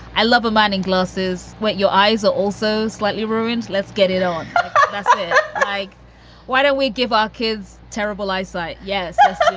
i love a man in glasses where your eyes are also slightly ruined. let's get it on why don't we give our kids terrible eyesight? yes. yeah so